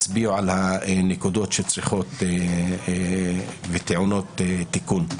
הצביעו על הנקודות שצריכות וטעונות תיקון.